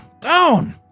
Down